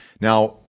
Now